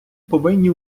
повинні